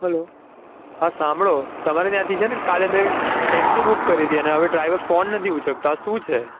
hello હા સાંભળો તમારે ત્યાંથી છે ને કાલે મેં ટેક્સી બુક કરી હતી અને હવે ડ્રાઈવર ફોન નથી ઉંચકતા શું છે